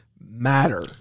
matter